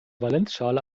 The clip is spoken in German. valenzschale